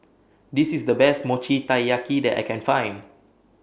This IS The Best Mochi Taiyaki that I Can Find